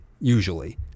usually